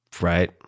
right